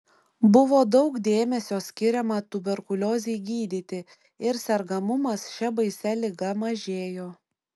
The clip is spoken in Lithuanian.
buvo daug dėmesio skiriama tuberkuliozei gydyti ir sergamumas šia baisia liga mažėjo